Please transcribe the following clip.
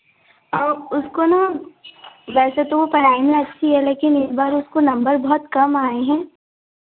आप उसको ना वैसे तो पढ़ाई में अच्छी है लेकिन इस बार उसके नंबर बहुत कम आए हैं